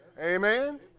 amen